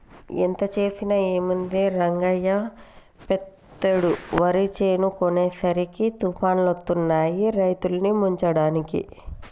ఎంత చేసినా ఏముంది రంగయ్య పెతేడు వరి చేను కోసేసరికి తుఫానులొత్తాయి రైతుల్ని ముంచడానికి